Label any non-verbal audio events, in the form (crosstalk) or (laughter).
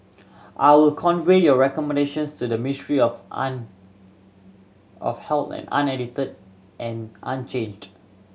I will convey your recommendations to the Ministry of (unintelligible) of Health unedited and unchanged